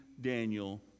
Daniel